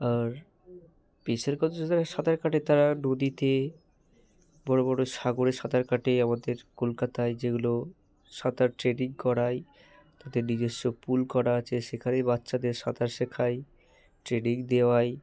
আর পেশাগত যারা সাঁতার কাটে তারা নদীতে বড়ো বড়ো সাগরে সাঁতার কাটে আমাদের কলকাতায় যেগুলো সাঁতার ট্রেনিং করাই তাদের নিজস্ব পুল করা আছে সেখানেই বাচ্চাদের সাঁতার শেখাই ট্রেনিং দেওয়াই